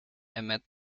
emit